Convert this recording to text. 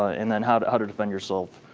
and then how to how to defend yourself.